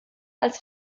als